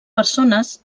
persones